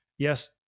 Yes